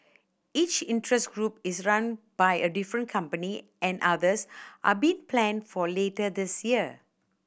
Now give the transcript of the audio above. each interest group is run by a different company and others are being planned for later this year